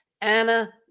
Anna